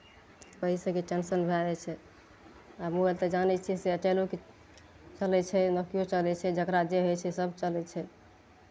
पैसेके tension भए जाइ छै आब मोबाइल तऽ जानै छियै तऽ एयरटेलोके चलै छै नोकियो चलै छै जकरा जे होइ छै सभ चलै छै